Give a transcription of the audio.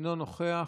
אינו נוכח.